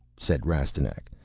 said rastignac,